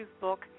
book